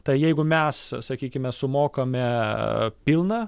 tai jeigu mes sakykime sumokame pilną